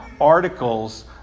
articles